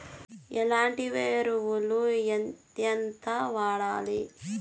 ఎట్లాంటి ఎరువులు ఎంతెంత వాడాలి?